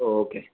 O okay